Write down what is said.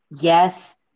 yes